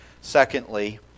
Secondly